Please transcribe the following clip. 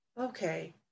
okay